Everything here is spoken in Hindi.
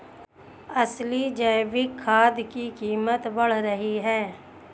असली जैविक खाद की कीमत बढ़ रही है